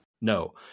No